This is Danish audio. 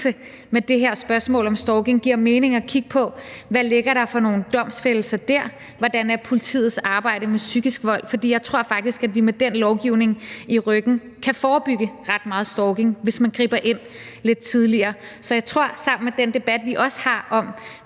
med det her spørgsmål om stalking giver mening at kigge på, hvad der ligger af domfældelser der, og hvordan politiets arbejde med psykisk vold er, for jeg tror faktisk, at vi med den lovgivning i ryggen kan forebygge ret meget stalking, altså hvis man griber ind lidt tidligere. Så jeg tror, at vi med den debat, vi også har, om,